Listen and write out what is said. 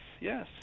yes